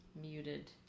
muted